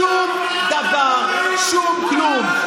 --- שום דבר, שום כלום.